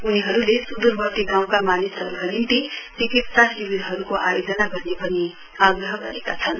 उनीहरूले सुदूरवर्ती गाँउका मानिसहरूका निम्ति चिकित्सा शिविरहरूको आयोजना गर्ने पनि आग्रह गरेका छन